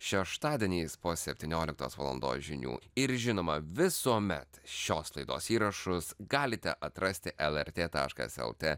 šeštadieniais po septynioliktos valandos žinių ir žinoma visuomet šios laidos įrašus galite atrasti lrt taškas lt